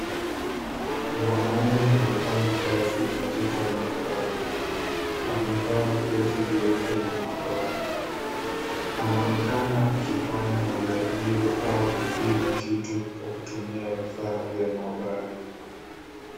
Mwanaume anafanya kazi katika maabara. Amevaa koti jeupe la maabara. Anaonekana akifanya majaribio au kupima kitu kwa kutumia vifaa vya maabara.